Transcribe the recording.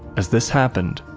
as this happened,